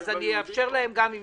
אני אאפשר להם גם.